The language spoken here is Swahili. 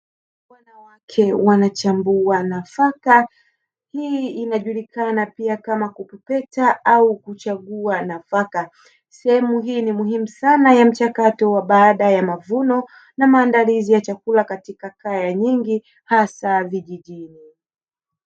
Wanawake wanachambua nafaka hii inajulikana pia kama kupepeta au kuchagua nafaka, sehemu hii ni muhimu sana ya mchakato wa baada ya mavuno na maandalizi ya chakula katika kaya nyingi hasa vijijini.